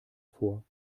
vor